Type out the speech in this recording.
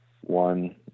one